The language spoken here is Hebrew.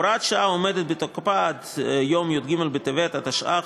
הוראת השעה עומדת בתוקפה עד יום י"ג בטבת התשע"ח,